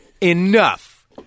Enough